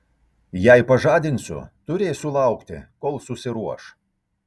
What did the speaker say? jei pažadinsiu turėsiu laukti kol susiruoš